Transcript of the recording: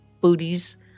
booties